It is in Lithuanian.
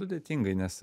sudėtingai nes